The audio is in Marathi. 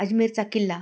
अजमेरचा किल्ला